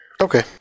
Okay